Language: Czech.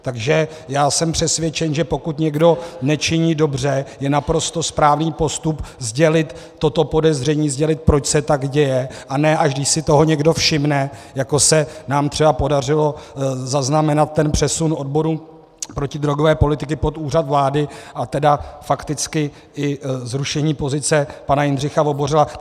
Takže já jsem přesvědčen, že pokud někdo nečiní dobře, je naprosto správný postup sdělit toto podezření, sdělit, proč se tak děje, a ne až když si toho někdo všimne, jako se nám třeba podařilo zaznamenat ten přesun odboru protidrogové politiky pod Úřad vlády, a tedy fakticky i zrušení pozice pana Jindřicha Vobořila.